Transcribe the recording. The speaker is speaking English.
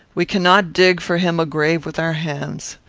we cannot dig for him a grave with our hands.